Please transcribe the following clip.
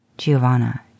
Giovanna